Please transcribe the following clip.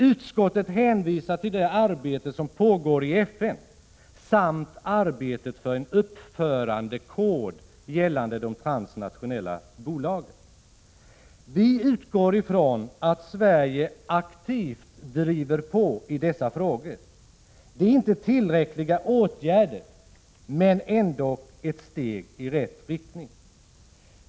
Utskottet hänvisar till det arbete som pågår i FN samt till arbetet för en uppförandekod gällande de transnationella bolagen. Vi utgår ifrån att Sverige aktivt driver på i dessa frågor. Det är inte tillräckliga åtgärder men ändock steg i rätt riktning.